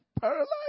paralyzed